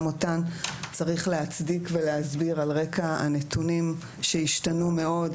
אותן צריך להצדיק ולהסביר על רקע הנתונים שהשתנו מאוד,